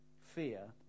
fear